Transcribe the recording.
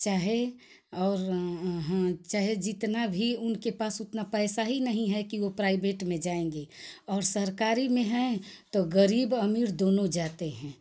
चाहे और चाहे जितना भी उनके पास उतना पैसा हीं नहीं है की वह प्राइबेट में जाएँगे और सरकारी में है तो गरीब अमीर दोनों जाते हैं